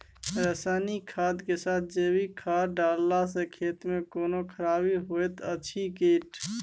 रसायनिक खाद के साथ जैविक खाद डालला सॅ खेत मे कोनो खराबी होयत अछि कीट?